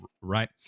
right